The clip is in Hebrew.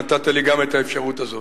על שנתת לי את האפשרות הזאת.